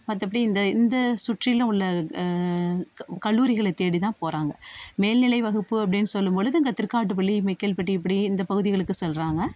மற்றபடி இந்த இந்த சுற்றிலும் உள்ள க கல்லூரிகளை தேடிதான் போகிறாங்க மேல்நிலை வகுப்பு அப்படின் சொல்லும்பொழுது இங்கே திருக்காட்டுப்பள்ளி மெக்கேல்பட்டி இப்படி இந்த பகுதிகளுக்குச் செல்கிறாங்க